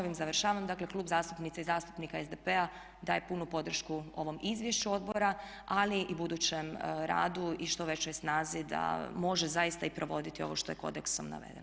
Ovim završavam, dakle Klub zastupnica i zastupnika SDP-a daje punu podršku ovom izvješću odbora ali i budućem radu i što većoj snazi da može zaista i provoditi ovo što je kodeksom navedeno.